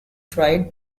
tried